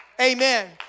Amen